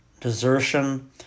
desertion